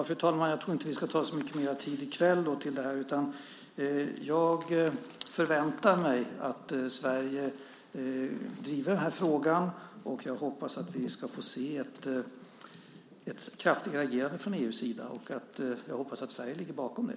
Fru talman! Jag tror inte att vi ska ta så mycket mer tid i kväll till det här. Jag förväntar mig att Sverige driver den här frågan, och jag hoppas att vi ska få se ett kraftigare agerande från EU:s sida. Jag hoppas att Sverige ligger bakom det.